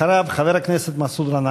אחריו, חבר הכנסת מסעוד גנאים.